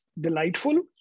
delightful